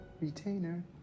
Retainer